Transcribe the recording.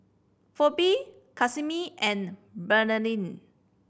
Pheobe Casimir and Bernardine